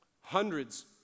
Hundreds